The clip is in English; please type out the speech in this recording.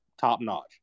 top-notch